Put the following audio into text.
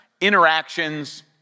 interactions